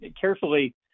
carefully